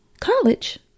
college